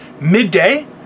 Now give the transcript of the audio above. midday